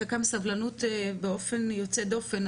היא מחכה בסבלנות באופן יוצא דופן.